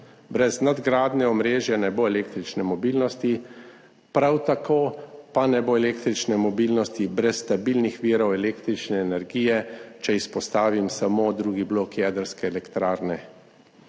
Brez nadgradnje omrežja ne bo električne mobilnosti, prav tako pa ne bo električne mobilnosti brez stabilnih virov električne energije, če izpostavim samo drugi blok jedrske elektrarne.